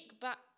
back